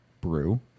brew